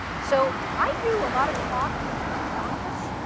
so, i do a lot of talks to congress.